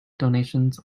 donations